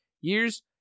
years